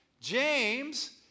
James